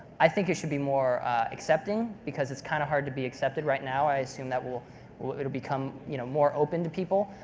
i think it should be more accepting because it's kind of hard to be accepted right now. i assume that it'll become you know more open to people.